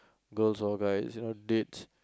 girls or guys you know dates